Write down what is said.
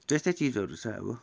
त्यस्तै चिजहरू छ अब